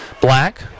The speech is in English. Black